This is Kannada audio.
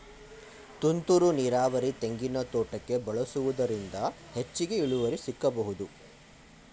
ತುಂತುರು ನೀರಾವರಿ ತೆಂಗಿನ ತೋಟಕ್ಕೆ ಬಳಸುವುದರಿಂದ ಹೆಚ್ಚಿಗೆ ಇಳುವರಿ ಸಿಕ್ಕಬಹುದ?